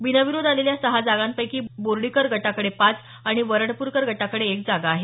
बिनविरोध आलेल्या सहा जागांपैकी बोर्डीकर गटाकडे पाच आणि वरपूडकर गटाकडे एक जागा आहे